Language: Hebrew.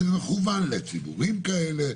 שזה מכוון לציבורים כאלה.